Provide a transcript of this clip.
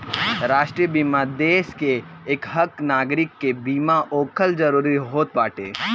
राष्ट्रीय बीमा देस के एकहक नागरीक के बीमा होखल जरूरी होत बाटे